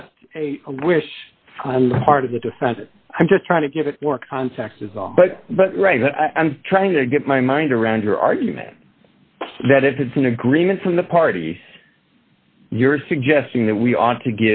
just a wish part of the defense i'm just trying to give it more context is all but i'm trying to get my mind around your argument that if it's an agreement from the parties you're suggesting that we ought to